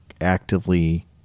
actively